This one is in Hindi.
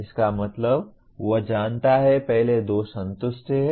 इसका मतलब वह जानता है पहले दो संतुष्ट हैं